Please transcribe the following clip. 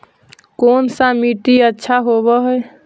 कोन सा मिट्टी अच्छा होबहय?